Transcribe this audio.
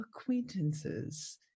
acquaintances